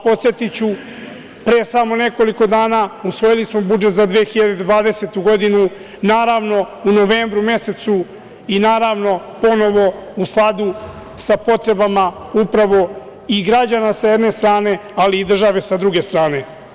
Podsetiću, pre samo nekoliko dana, usvojili smo budžet za 2020. godinu, naravno, u novembru mesecu i ponovo u skladu sa potrebama građana, sa jedne strane, ali i države, sa druge strane.